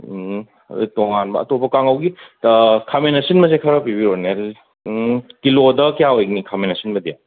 ꯑꯗꯣ ꯇꯣꯉꯥꯟꯕ ꯑꯇꯣꯞꯄ ꯀꯥꯡꯍꯧꯒꯤ ꯈꯥꯃꯦꯟ ꯑꯁꯤꯟꯕꯁꯦ ꯈꯔ ꯄꯤꯕꯤꯔꯛꯑꯣꯅꯦ ꯑꯗꯣ ꯀꯤꯂꯣꯗ ꯀꯌꯥ ꯑꯣꯏꯅꯤ ꯈꯥꯃꯦꯟ ꯑꯁꯤꯟꯕꯗꯤ